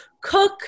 cook